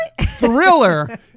thriller